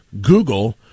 Google